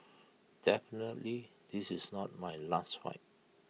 definitely this is not my last fight